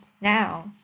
now